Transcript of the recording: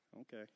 Okay